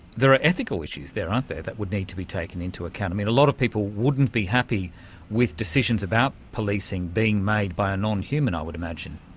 there are ethical issues there, aren't there, that would need to be taken into account. a lot of people wouldn't be happy with decisions about policing being made by a nonhuman, i would imagine.